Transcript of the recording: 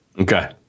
Okay